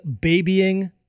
babying